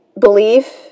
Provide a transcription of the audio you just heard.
belief